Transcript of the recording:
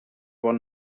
bon